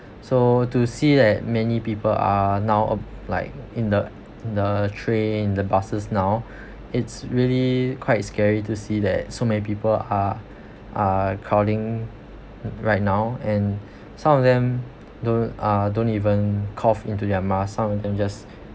so to see that many people are now like in the in the train in the buses now it's really quite scary to see that so many people uh uh crowding right now and some of them don't uh don't even cough into their mask some of them just